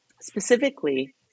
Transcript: specifically